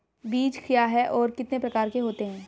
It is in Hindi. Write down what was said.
बीज क्या है और कितने प्रकार के होते हैं?